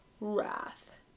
Wrath